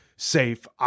safe